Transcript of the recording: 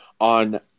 on